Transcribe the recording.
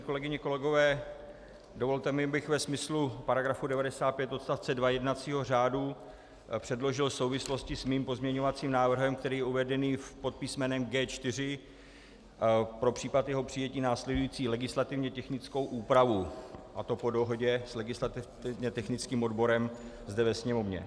Kolegyně, kolegové, dovolte mi, abych ve smyslu § 95 odst. 2 jednacího řádu předložil souvislosti s mým pozměňovacím návrhem, který je uvedený pod písmenem G4, pro případ jeho přijetí následující legislativně technickou úpravu, a to po dohodě s legislativně technickým odborem zde ve Sněmovně.